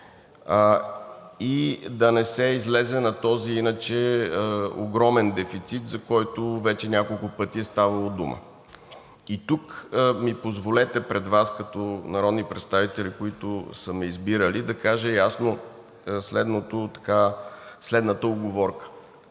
и да не се излезе на този иначе огромен дефицит, за който вече няколко пъти е ставало дума. Тук ми позволете пред Вас като народни представители, които са ме избирали, да кажа ясно следната уговорка.